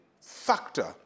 factor